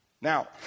Now